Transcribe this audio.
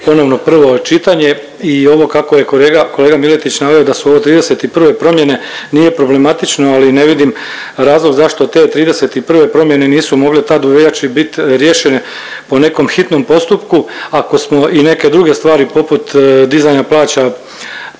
ponovno prvo čitanje i ovo kako je kolega Miletić naveo da su ovo 31. promjene nije problematično, ali ne vidim razlog zašto te 31. promjene nisu mogle tad u veljači bit riješene po nekom hitnom postupku ako smo i neke druge stvari poput dizanja plaća